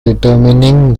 determining